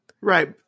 Right